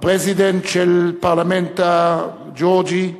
הפרזידנט של הפרלמנט הגאורגי,